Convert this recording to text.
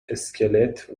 اسکلت